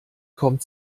kommt